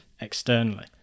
externally